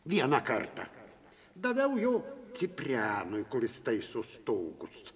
vieną kartą daviau jo ciprianui kuris taiso stogus